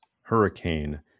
hurricane